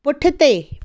पुठिते